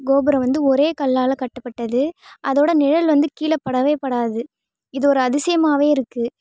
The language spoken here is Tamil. கோபுரம் வந்து ஒரே கல்லால் கட்டப்பட்டது அதோடய நிழல் வந்து கீழே படவே படாது இது ஒரு அதிசியமாகவே இருக்குது